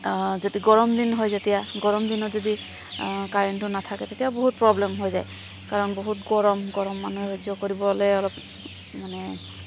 যদি গৰম দিন হয় যেতিয়া গৰম দিনত যদি কাৰেণ্টটো নাথাকে তেতিয়াও বহুত প্ৰব্লেম হৈ যায় কাৰণ বহুত গৰম গৰম মানুহে সহ্য কৰিবলৈ অলপ মানে